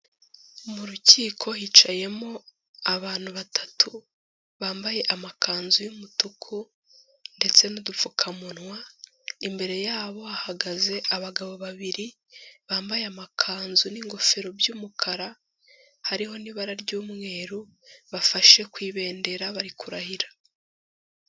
Mu rukiko hicayemo abantu batatu bambaye amakanzu y'umutuku ndetse n'udupfukamunwa, imbere yabo hahagaze abagabo babiri bambaye amakanzu n'ingofero by'umukara, hariho n'ibara ry'umweru; bafashe ku ibendera bari kurahira.